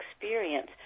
experience